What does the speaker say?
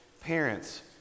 Parents